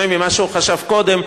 בשונה ממה שהוא חשב קודם,